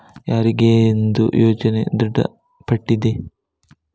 ಯಾರಿಗೆಂದು ಯೋಜನೆ ದೃಢಪಟ್ಟಿದೆ?